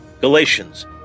Galatians